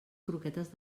croquetes